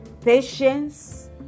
patience